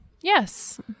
Yes